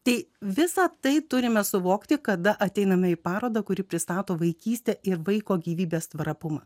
tai visą tai turime suvokti kada ateiname į parodą kuri pristato vaikystę ir vaiko gyvybės trapumą